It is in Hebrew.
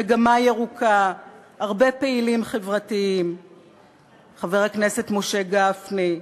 "מגמה ירוקה"; הרבה פעילים חברתיים; חבר הכנסת משה גפני,